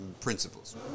principles